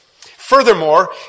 Furthermore